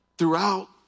Throughout